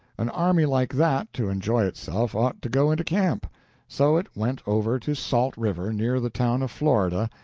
an army like that, to enjoy itself, ought to go into camp so it went over to salt river, near the town of florida,